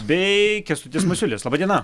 bei kęstutis masiulis laba diena